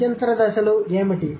మధ్యంతర దశలు ఏమిటి